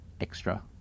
extra